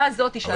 (היו"ר יעקב אשר, 11:31) נאמר